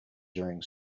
during